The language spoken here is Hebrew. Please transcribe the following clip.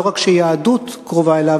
לא רק שיהדות קרובה אליו,